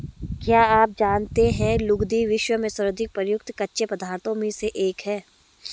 क्या आप जानते है लुगदी, विश्व में सर्वाधिक प्रयुक्त कच्चे पदार्थों में से एक है?